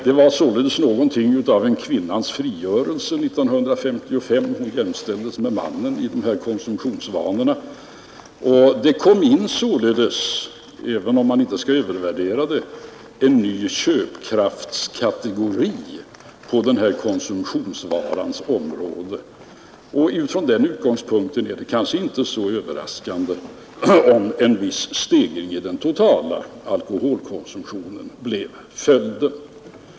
Det blev sålunda någonting av en kvinnans frigörelse 1955. Hon jämställdes med mannen i fråga om konsumtionsvanorna. Det kom således in, även om man inte skall övervärdera det, en ny köpkraftkategori på den här konsumtionsvarans område. Från den utgångspunkten är det kanske inte så överraskande, om en viss stegring i den totala alkoholkonsumtionen blev följden.